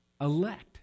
elect